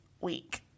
week